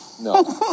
no